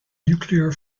nuclear